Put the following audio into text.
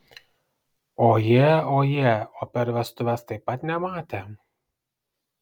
ojė ojė o per vestuves taip pat nematė